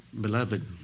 beloved